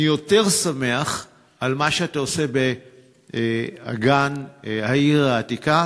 אני יותר שמח על מה שאתה עושה באגן העיר העתיקה.